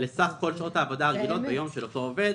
לסך כל שעות העבודה הרגילות ביום של אותו עובד,